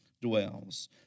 dwells